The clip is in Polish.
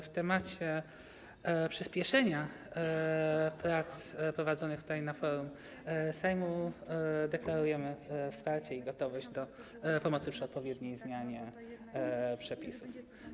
W temacie przyspieszenia prac prowadzonych tutaj, na forum Sejmu, deklarujemy wsparcie i gotowość do pomocy przy odpowiedniej zmianie przepisów.